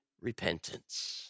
Repentance